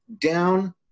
down